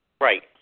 Right